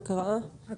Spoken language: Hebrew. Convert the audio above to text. הקראה, בבקשה.